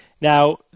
Now